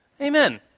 amen